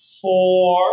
four